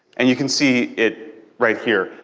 and you can see it right here.